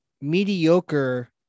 mediocre